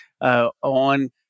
on